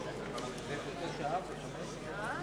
התש"ע 2010,